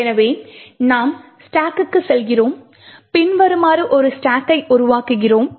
எனவே நாம் ஸ்டாக்குக்குச் செல்கிறோம் பின்வருமாறு ஒரு ஸ்டாக்கை உருவாக்குகிறோம்